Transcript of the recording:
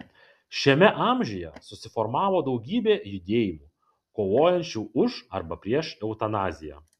šiame amžiuje susiformavo daugybė judėjimų kovojančių už arba prieš eutanaziją